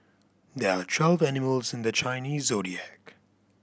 there are twelve animals in the Chinese Zodiac